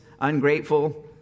ungrateful